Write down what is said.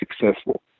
successful